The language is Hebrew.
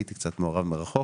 הייתי קצת מעורב מרחוק